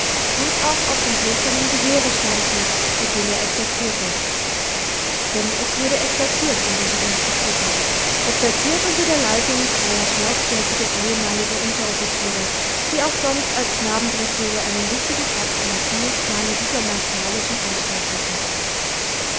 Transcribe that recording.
und auch auf dem hölzernen gewehre stand sie mit dem er exerzierte denn es wurde exerziert in diesem institute exerziert unter der leitung zweier schnauzbärtiger ehemaliger unteroffiziere die auch sonst als knabendresseure einen wichtigen platz im erziehungsplane dieser martialischen anstalt hatten